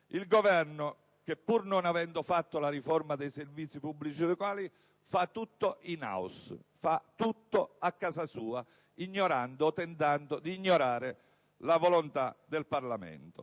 Il Governo, pur non avendo fatto la riforma dei servizi pubblici locali, fa tutto *in house*, fa tutto a casa sua, ignorando o tentando di ignorare la volontà del Parlamento.